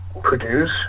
produce